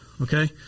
okay